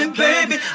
baby